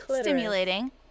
stimulating